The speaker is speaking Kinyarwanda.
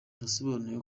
yasobanuye